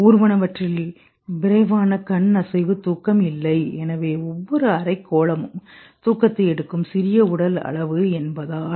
ஊர்வனவற்றில்விரைவான கண் அசைவுதூக்கம்இல்லை எனவே ஒவ்வொரு அரைக்கோளமும் தூக்கத்தை எடுக்கும் சிறிய உடல் அளவு என்பதால்